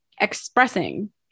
Expressing